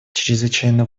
чрезвычайно